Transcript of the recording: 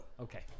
Okay